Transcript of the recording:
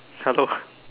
hello